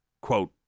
Quote